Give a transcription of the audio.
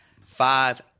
Five